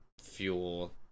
fuel